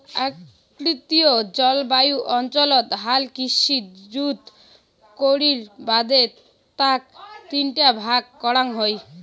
ক্রান্তীয় জলবায়ু অঞ্চলত হাল কৃষি জুত করির বাদে তাক তিনটা ভাগ করাং হই